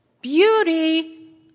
beauty